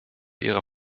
ihrer